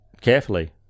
Carefully